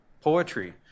Poetry